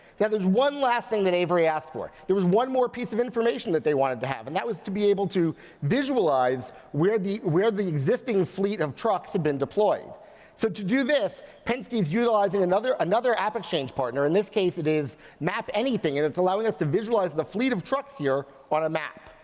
yeah there's one last thing that avery asked for, there is one more piece of information that they wanted to have, and that was to be able to visualize where the where the existing fleet of trucks had been deployed. so to do this penske's utilizing another another app exchange partner, in this case it is map anything, and that's allowing us to visualize the fleet of trucks here on a map.